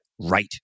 right